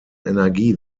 energie